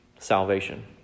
salvation